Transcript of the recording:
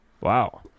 Wow